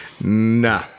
nah